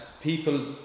people